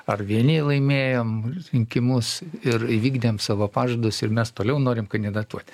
ar vieni laimėjom rinkimus ir įvykdėm savo pažadus ir mes toliau norim kandidatuoti